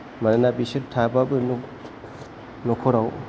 मानोना बिसोर थाबाबो न' नखराव